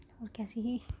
ਹੋਰ ਕਿਆ ਸੀਗੀ